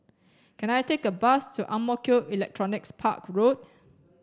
can I take a bus to Ang Mo Kio Electronics Park Road